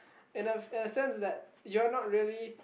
in a in a sense that you're not really